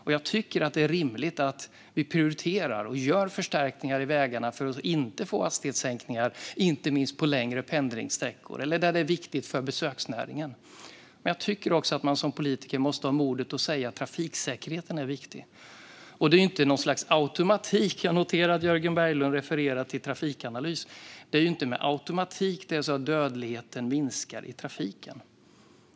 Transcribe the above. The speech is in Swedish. Och jag tycker att det är rimligt att vi prioriterar och gör förstärkningar i vägarna för att inte få hastighetssänkningar, inte minst på längre pendlingssträckor eller där det är viktigt för besöksnäringen. Men jag tycker också att man som politiker måste ha modet att säga att trafiksäkerheten är viktig. Jag noterade att Jörgen Berglund refererade till Trafikanalys. Men dödligheten minskar inte med automatik i trafiken.